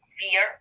fear